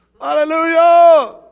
Hallelujah